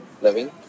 living